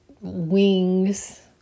wings